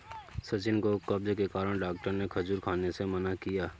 सचिन को कब्ज के कारण डॉक्टर ने खजूर खाने से मना किया